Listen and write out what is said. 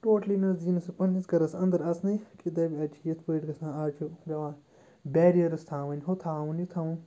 totally نہٕ حظ دی نہٕ سُہ پنٛنِس گَرَس اَندَر اَژنَے کہِ دَپہِ اَتہِ چھِ یِتھ پٲٹھۍ گژھان اَز چھُ پٮ۪وان بیریٲرٕز تھاوٕنۍ ہُہ تھاوُن یہِ تھاوُن